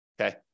okay